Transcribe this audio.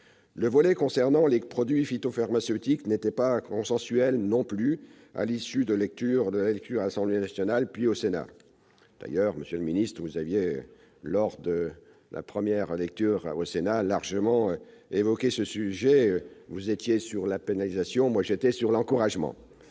Le volet concernant les produits phytopharmaceutiques n'était pas consensuel non plus à l'issue des lectures à l'Assemblée nationale, puis au Sénat. D'ailleurs, monsieur le ministre, vous aviez largement évoqué le sujet en première lecture. Vous étiez sur la pénalisation ; moi, j'étais sur l'encouragement